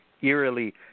eerily